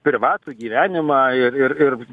privatų gyvenimą ir ir ir